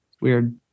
Weird